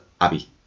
Abby